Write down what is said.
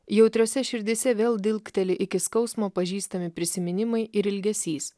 jautriose širdyse vėl dilgteli iki skausmo pažįstami prisiminimai ir ilgesys